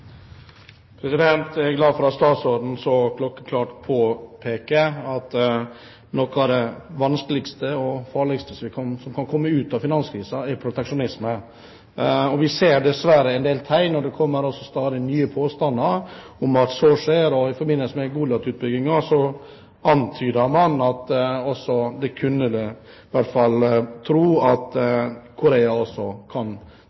glad for at statsråden så klokkeklart påpeker at noe av det vanskeligste og farligste som kan komme ut av finanskrisen, er proteksjonisme. Vi ser dessverre en del tegn på – og det kommer stadig nye påstander om – at så skjer. I forbindelse med Goliat-utbyggingen antydet man at man kunne tro at Korea også kan drive med subsidiering av sine skipsverft eller